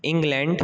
England